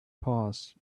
paused